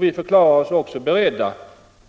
Vi förklarade oss också beredda